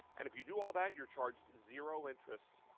and if you do all, that you are charged zero interest.